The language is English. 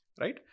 Right